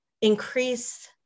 increase